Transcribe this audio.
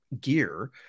gear